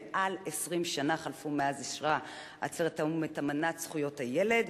מעל 20 שנה חלפו מאז אישרה עצרת האו"ם את אמנת זכויות הילד,